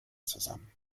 zusammen